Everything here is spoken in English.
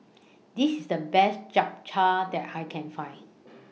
This IS The Best Japchae that I Can Find